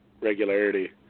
regularity